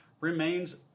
remains